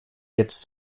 jetzt